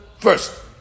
First